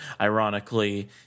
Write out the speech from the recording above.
Ironically